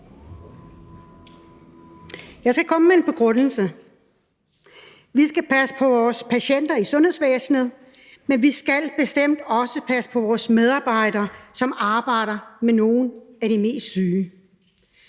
jeg skal komme med en begrundelse. Vi skal passe på vores patienter i sundhedsvæsenet, men vi skal bestemt også passe på vores medarbejdere, som arbejder med nogle af de mest syge.